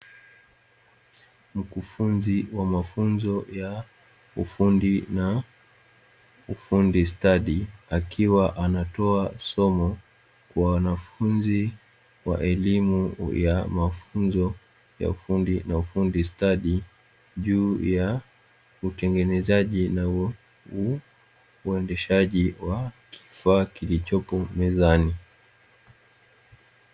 Mkufunzi wa mafunzo ya ufundi na ufundi stadi akiwa anatoa somo kwa wanafunzi wa elimu ya mafunzo ya ufundi na ufundi stadi, juu ya utengenezaji na uendeshaji wa kifaa kilichopo mezani.